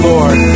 Lord